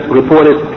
reported